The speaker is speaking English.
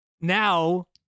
Now